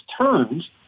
turns